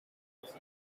once